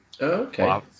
Okay